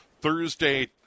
Thursday